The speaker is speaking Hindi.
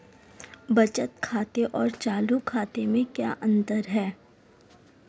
बचत खाते और चालू खाते में क्या अंतर है?